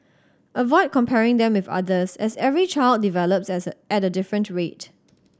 avoid comparing them with others as every child develops as a at a different rate